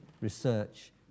research